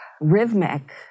rhythmic